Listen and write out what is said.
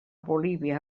bolívia